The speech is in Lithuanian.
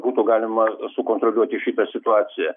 būtų galima sukontroliuoti šitą situaciją